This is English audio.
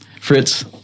Fritz